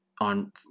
on